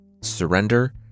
Surrender